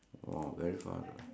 !wah! very fast hor